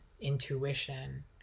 intuition